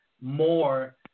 more